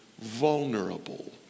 vulnerable